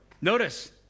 Notice